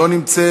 לא נמצאת,